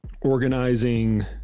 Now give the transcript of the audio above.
organizing